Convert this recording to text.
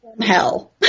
Hell